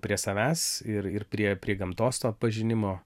prie savęs ir ir prie prie gamtos to pažinimo